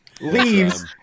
leaves